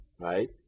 right